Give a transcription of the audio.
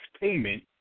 payment